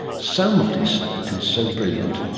so modest and so brilliant.